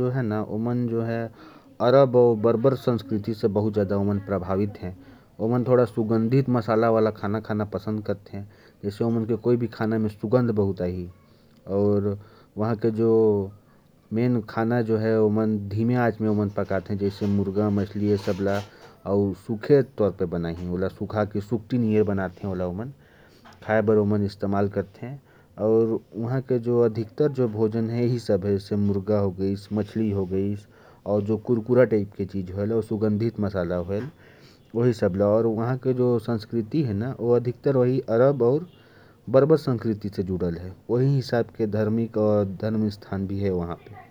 लोग अरब और बर्बर संस्कृति से बहुत ज्यादा प्रभावित हैं। और वे सुगंधित मसाले वाला खाना पसंद करते हैं। इसके अलावा, सूखी हुई चीजें खाना भी पसंद करते हैं। मांस को भी सुगंधित मसालों में तैयार किया जाता है।